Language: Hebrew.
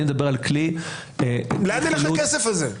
אני מדבר על כלי --- לאן הלך הכסף הזה?